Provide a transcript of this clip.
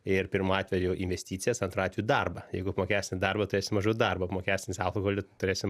ir pirmu atveju investicijas antru atveju darbą jeigu apmokestint darbą turėsim mažiau darbo apmokestins alkoholį turėsim